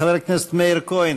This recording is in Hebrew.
חבר הכנסת מאיר כהן,